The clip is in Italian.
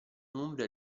umbria